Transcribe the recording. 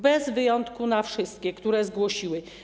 Bez wyjątku - na wszystkie, które zgłosiły.